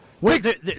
Wait